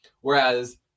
Whereas